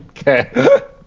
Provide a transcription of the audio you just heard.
Okay